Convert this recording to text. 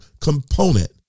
component